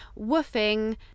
WOOFing